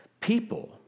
People